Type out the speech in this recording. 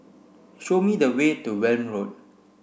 show me the way to Welm Road